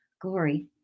Glory